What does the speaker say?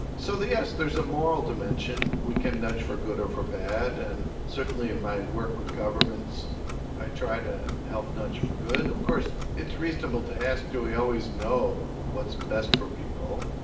so yes, there is a moral dimension, we can nudge for good or for bad. and certainly in my work with governments i try to help nudge for good. of course it's reasonable to ask do we always know what's best for people?